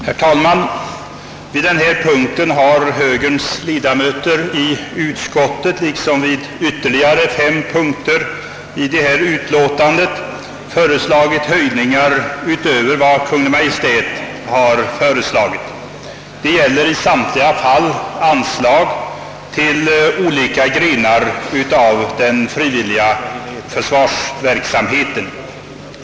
Herr talman! På denna punkt har högerns ledamöter i utskottet, liksom på ytterligare fem punkter i utlåtandet, föreslagit höjningar utöver vad Kungl. Maj:t har föreslagit. Det rör sig i samtliga fall om anslag till olika grenar av den frivilliga försvarsverksamheten.